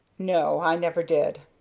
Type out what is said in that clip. no, i never did.